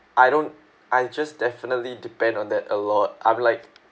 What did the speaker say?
I don't I just definitely depend on that a lot I'm like